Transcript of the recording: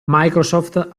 microsoft